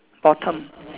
bottom